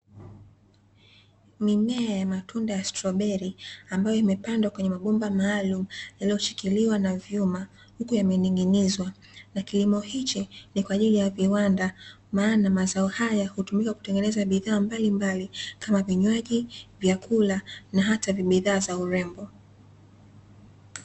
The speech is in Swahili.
Mimea ya matunda ya stroberi ambayo imepandwa kwenye mabomba maalumu yaliyoshikiliwa na vyuma huku yameninginizwa na kilimo hichii ni kwa ajili ya viwanda maana mazao hayo hutumika kutengeneza bidhaa mbalimbali kama vinywaji, vyakula na hata bidhaa za urembo.